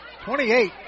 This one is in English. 28